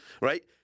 right